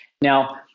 now